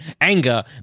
anger